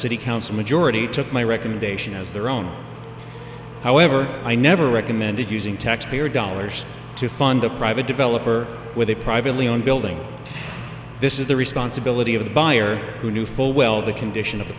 city council majority took my recommendation as their own however i never recommended using taxpayer dollars to fund a private developer with a privately owned building this is the responsibility of the buyer who knew full well the condition of the